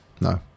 No